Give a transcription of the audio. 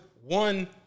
one